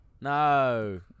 No